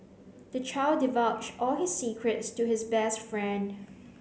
the child divulged all his secrets to his best friend